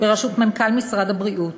בראשות מנכ"ל משרד הבריאות